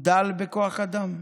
הוא דל בכוח אדם.